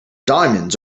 diamonds